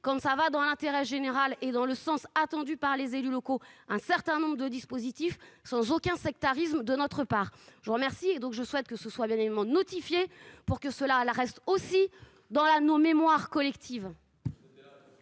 quand ça va dans l'intérêt général et dans le sens attendu par les élus locaux, un certain nombre de dispositifs sans aucun sectarisme de notre part, je vous remercie et donc je souhaite que ce soit bien éléments notifié pour que cela reste aussi dans la nos mémoires collectives.--